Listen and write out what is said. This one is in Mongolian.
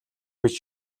гэж